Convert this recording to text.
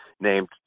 Named